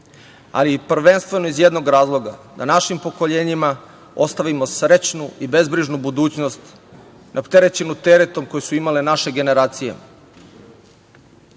ali prvenstveno iz jednog razloga, da našim pokolenjima ostavimo srećnu i bezbrižnu budućnost neopterećenu teretom koji su imale naše generacije. Iako